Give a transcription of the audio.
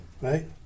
Right